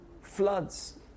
Floods